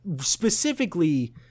specifically